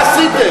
מה עשיתם?